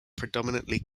predominantly